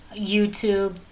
YouTube